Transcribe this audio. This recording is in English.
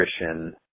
nutrition